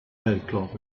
headcloth